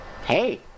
Hey